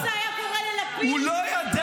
הוא לא ידע --- אם זה היה קורה ללפיד --- הוא לא ידע.